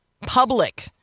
public